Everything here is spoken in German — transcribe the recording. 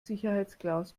sicherheitsglas